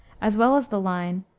as well as the line,